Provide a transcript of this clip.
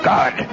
God